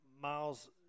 Miles